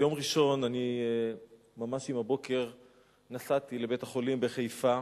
ביום ראשון אני ממש עם הבוקר נסעתי לבית-החולים בחיפה.